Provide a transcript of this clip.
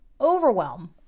overwhelm